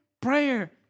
prayer